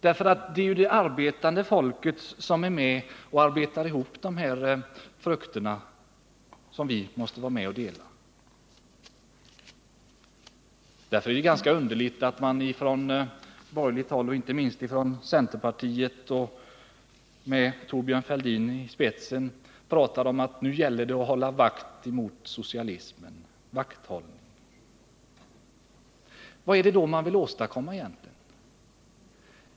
Det är nämligen det arbetande folket som är med och arbetar ihop de här frukterna, som vi måste vara med och dela. Därför är det ganska underligt att man från borgerligt håll, inte minst från centerpartiet med Thorbjörn Fälldin i spetsen, pratar om att nu gäller det att hålla vakt mot socialismen. Vad är det då man egentligen vill åstadkomma?